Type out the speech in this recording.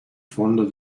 fondo